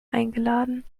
eingeladen